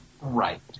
Right